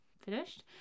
finished